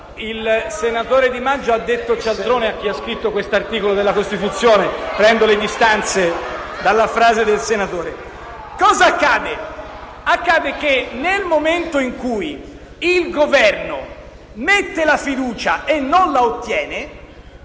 Il senatore Di Maggio ha detto «cialtrone» a chi ha scritto questo articolo della Costituzione. Prendo le distanze dalla frase del senatore. Dunque, cosa accade? Accade che nel momento in cui il Governo mette la fiducia e non la ottiene,